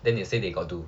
then they say they got do